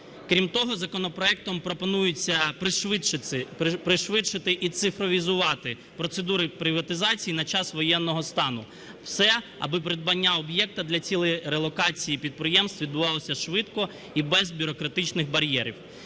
Крім того, законопроектом пропонується пришвидшити і цифровізувати процедури приватизації на час воєнного стану. Все, аби придбання об'єкта для цілей релокації підприємств відбувалося швидко і без бюрократичних бар'єрів.